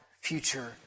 future